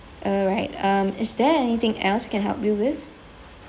alright um is there anything else can help you with